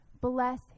Bless